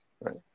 Right